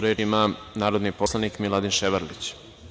Reč ima narodni poslanik Miladin Ševarlić.